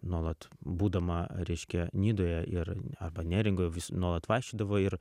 nuolat būdama reiškia nidoje ir arba neringoj nuolat vaikščiodavo ir